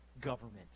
government